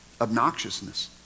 Obnoxiousness